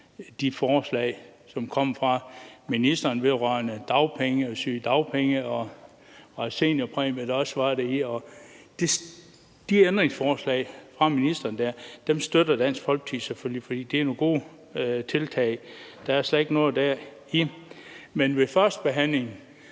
de forslag, som kommer fra ministeren, vedrørende dagpenge og sygedagpenge, og seniorpræmie var vist også deri. De ændringsforslag fra ministeren støtter Dansk Folkeparti selvfølgelig, for det er nogle gode tiltag; der er slet ikke noget der. Så har